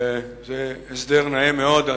אדוני היושב-ראש, זה הסדר נאה מאוד.